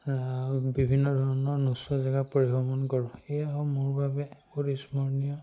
বিভিন্ন ধৰণৰ নোযোৱা জেগা পৰিভ্ৰমণ কৰোঁ এয়া মোৰ বাবে বহুত স্মৰণীয়